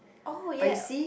oh ya